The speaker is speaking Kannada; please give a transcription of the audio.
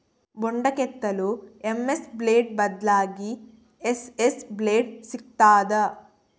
ಬೊಂಡ ಕೆತ್ತಲು ಎಂ.ಎಸ್ ಬ್ಲೇಡ್ ಬದ್ಲಾಗಿ ಎಸ್.ಎಸ್ ಬ್ಲೇಡ್ ಸಿಕ್ತಾದ?